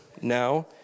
now